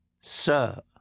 sir